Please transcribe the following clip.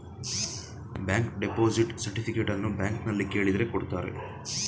bank deposit ಸರ್ಟಿಫಿಕೇಟನ್ನು ಬ್ಯಾಂಕ್ನಲ್ಲಿ ಕೇಳಿದ್ರೆ ಕೊಡ್ತಾರೆ